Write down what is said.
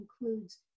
includes